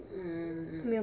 mm